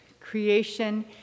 creation